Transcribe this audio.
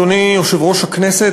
אדוני יושב-ראש הכנסת,